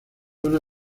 una